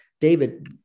David